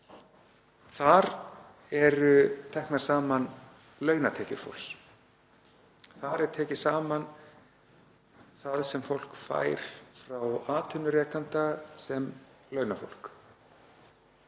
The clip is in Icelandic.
Þar eru teknar saman launatekjur fólks. Þar er tekið saman það sem fólk fær frá atvinnurekanda sem launafólk.